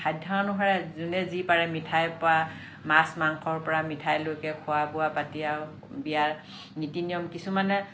সাধ্য অনুসাৰে যোনে যি পাৰে মিঠাইৰ পৰা মাছ মাংসৰ পৰা মিঠাইলৈকে খোৱা বোৱা পাতি আৰু বিয়া নীতি নিয়ম কিছুমানে